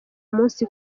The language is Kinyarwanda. umunsi